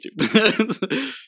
YouTube